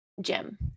Jim